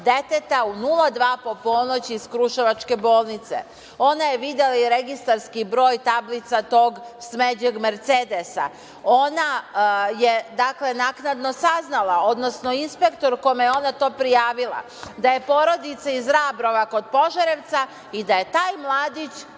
deteta u 02.00 časova po ponoći iz kruševačke bolnice. Ona je videla i registarski broj tablica tog smeđeg mercedesa. Ona je naknadno saznala, odnosno inspektor kome je to prijavila, da je porodica iz Rabrova kod Požarevca i da je taj mladić